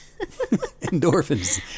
Endorphins